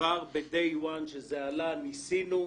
כבר ב-dayone כשזה עלה, ניסינו.